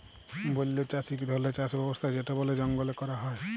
বল্য চাষ ইক ধরলের চাষ ব্যবস্থা যেট বলে জঙ্গলে ক্যরা হ্যয়